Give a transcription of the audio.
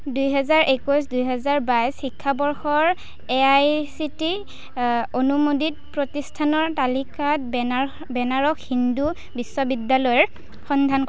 দুহেজাৰ একৈছ দুহেজাৰ বাইছ শিক্ষাবৰ্ষৰ এ আই চি টি অনুমোদিত প্ৰতিষ্ঠানৰ তালিকাত বেনাৰ বেনাৰস হিন্দু বিশ্ববিদ্যালয়ৰ সন্ধান কৰ